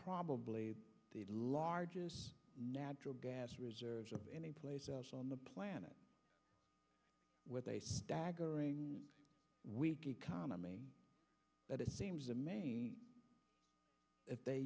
probably the largest natural gas reserves of any place else on the planet with a staggering weak economy that it seems the main if they